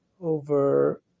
over